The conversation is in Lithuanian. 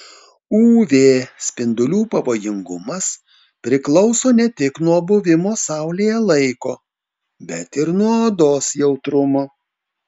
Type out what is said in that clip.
uv spindulių pavojingumas priklauso ne tik nuo buvimo saulėje laiko bet ir nuo odos jautrumo